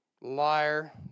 Liar